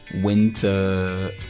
winter